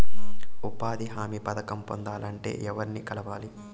ఉపాధి హామీ పథకం పొందాలంటే ఎవర్ని కలవాలి?